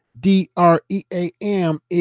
D-R-E-A-M